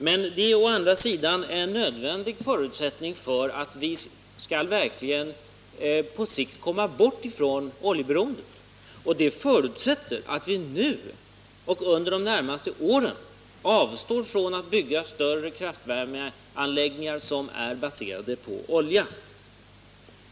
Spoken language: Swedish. Men det är å andra sidan en nödvändig förutsättning för att vi på sikt verkligen skall kunna komma bort från oljeberoendet. Det förutsätter att vi nu och under de närmaste åren avstår från att bygga större kraftvärmeanläggningar som är baserade på olja.